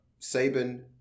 Saban